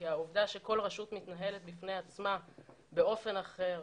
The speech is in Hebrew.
כי העובדה שכל רשות מתנהלת בפני עצמה באופן אחר,